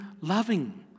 loving